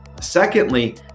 Secondly